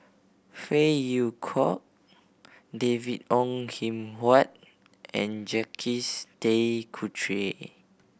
Phey Yew Kok David Ong Kim Huat and Jacques De Coutre